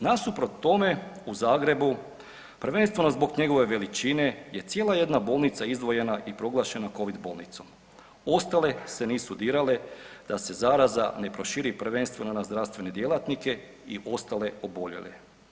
Nasuprot tome u Zagrebu, prvenstveno zbog njegove veličine je cijela jedna bolnica izdvojena i proglašena covid bolnicom, ostale se nisu dirale da se zaraza ne proširi, prvenstveno na zdravstvene djelatnike i ostale oboljele.